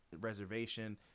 reservation